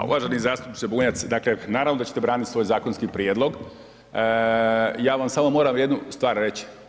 Pa uvaženi zastupniče Bunjac, dakle naravno da ćete braniti svoj zakonski prijedlog, ja vam samo moram jednu stvar reći.